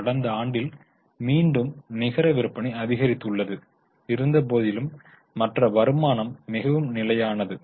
கடந்த ஆண்டில் மீண்டும் நிகர விற்பனை அதிகரித்துள்ளது இருந்த போதிலும் மற்ற வருமானம் மிகவும் நிலையானது